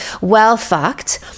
well-fucked